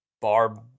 barb